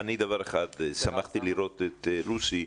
שמחתי לראות את לוסי.